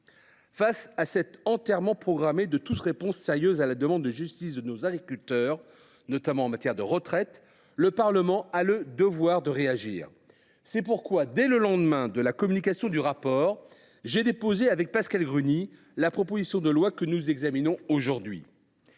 Face à cet enterrement programmé de toute réponse sérieuse à la demande de justice de nos agriculteurs en matière de retraite, le Parlement avait le devoir de réagir. C’est pourquoi, dès le lendemain de la communication du rapport, j’ai déposé, avec Pascale Gruny, la proposition de loi que nous examinons aujourd’hui.